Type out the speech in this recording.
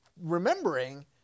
remembering